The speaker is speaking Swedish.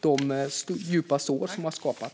de djupa sår som har skapats.